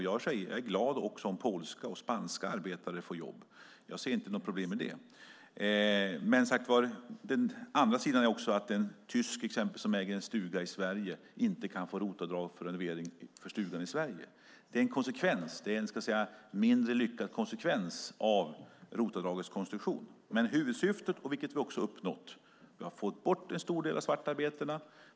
Jag är glad om även polska och spanska arbetare får jobb; jag ser inte något problem med det. Men den andra sidan är alltså att exempelvis en tysk som äger en stuga i Sverige inte kan få ROT-avdrag för renovering av sin stuga här. Det är en mindre lyckad konsekvens av ROT-avdragets konstruktion. Men huvudsyftet, vilket vi också har uppnått, är att få bort en stor del av svartarbetena.